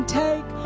take